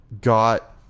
got